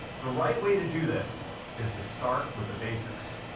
the right way to do this is to start with the basics.